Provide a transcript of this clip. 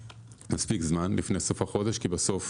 מספיק זמן לפני סוף החודש כי בסוף